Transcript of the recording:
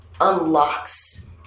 unlocks